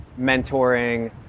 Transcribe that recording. mentoring